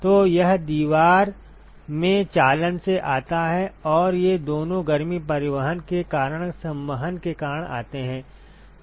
तो यह दीवार में चालन से आता है और ये दोनों गर्मी परिवहन के कारण संवहन के कारण आते हैं